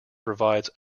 provides